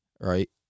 Right